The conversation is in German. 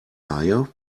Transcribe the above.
haie